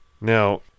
now